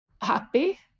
happy